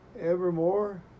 evermore